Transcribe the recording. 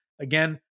again